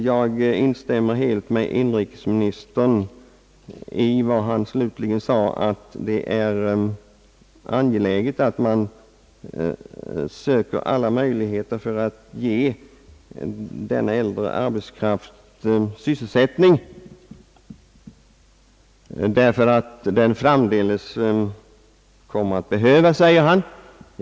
Jag håller med inrikesministern om att det är angeläget att pröva alla möjligheter för att ge den äldre arbetskraften sysselsättning. Den kommer framdeles att behövas, säger inrikesministern.